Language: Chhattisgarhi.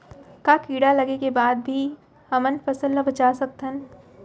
का कीड़ा लगे के बाद भी हमन फसल ल बचा सकथन?